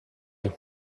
you